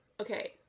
Okay